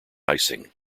icing